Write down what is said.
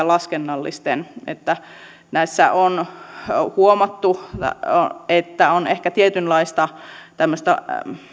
laskennallisten kustannusten mukaan on huomattu että on ehkä tietynlaista tämmöistä